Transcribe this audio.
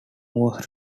was